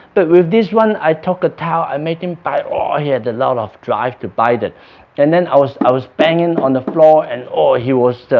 but with this one i took a towel i made him bite ah he had a lot of drive to bite it and then i was i was banging on the floor and ah he was